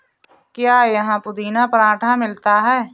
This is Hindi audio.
क्या यहाँ पुदीना पराठा मिलता है?